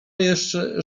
jeszcze